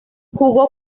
jugó